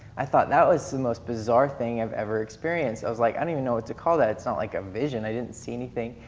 i thought that was the most bizarre thing i've ever experienced. i was like, i didn't even know what to call that, it's not like a vision, i didn't see anything.